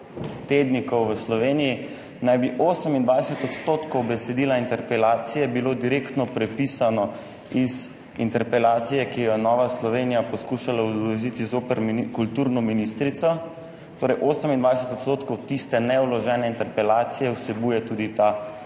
tednikov v Sloveniji naj bi bilo 28 % besedila interpelacije direktno prepisanega iz interpelacije, ki jo je Nova Slovenija poskušala vložiti zoper kulturno ministrico, torej 28 % tiste nevložene interpelacije vsebuje tudi ta